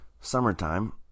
Summertime